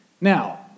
Now